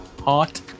hot